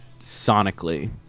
sonically